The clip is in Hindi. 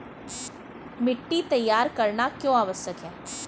मिट्टी तैयार करना क्यों आवश्यक है?